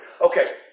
Okay